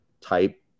type